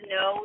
no